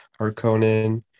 Harkonnen